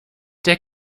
der